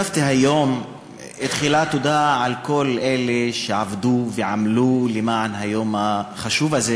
תחילה תודה לכל אלה שעבדו ועמלו למען היום החשוב הזה,